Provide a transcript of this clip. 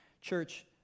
Church